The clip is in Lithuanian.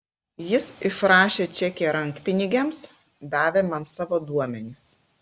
jis išrašė čekį rankpinigiams davė man savo duomenis